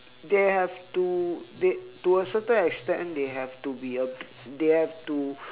they have to they to a certain extent they have to be a they have to